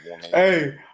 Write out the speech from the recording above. hey